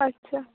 আচ্ছা